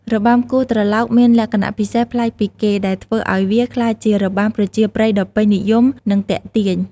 របាំគោះត្រឡោក មានលក្ខណៈពិសេសប្លែកពីគេ ដែលធ្វើឱ្យវាក្លាយជារបាំប្រជាប្រិយដ៏ពេញនិយម និងទាក់ទាញ។